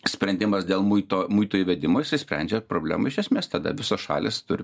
sprendimas dėl muito muito įvedimo jis išsisprendžia problemų iš esmės tada visos šalys turi